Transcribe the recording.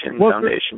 foundation